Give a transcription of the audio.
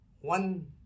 one